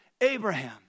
Abraham